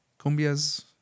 cumbias